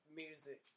music